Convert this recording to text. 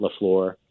LaFleur